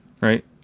right